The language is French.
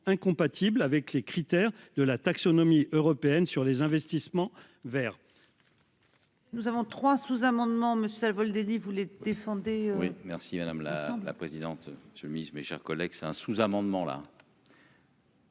incompatible avec les critères de la taxonomie européenne sur les investissements verts.-- Nous avons trois sous-amendements mais ça vol Denis vous les défendez oui. Merci madame Lagarde, la présidente seule mise, mes chers collègues, c'est un sous-amendement là.